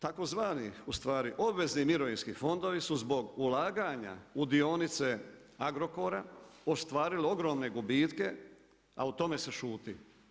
Tako zvani ustvari obvezni mirovinski fondovi su zbog ulaganja u dionice Agrokora, ostvarile ogromne gubitke, a o tome se šuti.